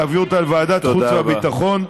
ולהביא אותה לוועדת החוץ והביטחון,